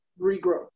regrow